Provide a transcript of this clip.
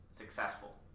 successful